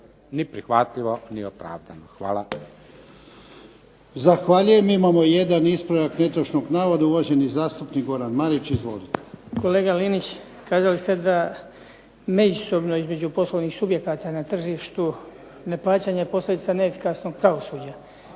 ni prihvatljivo ni opravdano. Hvala. **Jarnjak, Ivan (HDZ)** Zahvaljujem. Imamo jedan ispravak netočnog navoda uvaženi zastupnik Goran Marić. Izvolite. **Marić, Goran (HDZ)** Kolega Linić, kazali ste da međusobno između poslovnih subjekata na tržištu neplaćanje je posljedica neefikasnog pravosuđa.